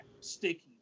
sticky